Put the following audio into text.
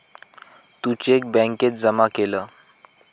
तू cheque बॅन्केत जमा केलं?